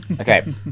Okay